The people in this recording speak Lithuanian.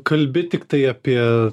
kalbi tiktai apie